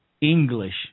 English